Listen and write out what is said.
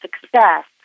success